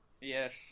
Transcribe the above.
Yes